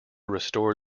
restore